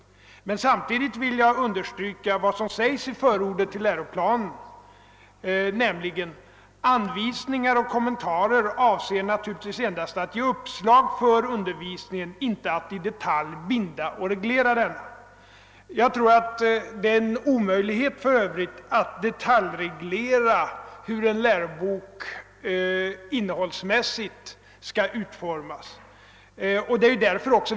Jag vill samtidigt understryka följande ord i förordet till läroplanen: »Anvisningar och kommentarer avser naturligtvis endast att ge uppslag för undervisningen, inte att i detalj binda eller reglera denna.» Jag tror för övrigt att det är en omöjlighet att detaljreglera hur en lärobok innehållsmässigt skall utformas.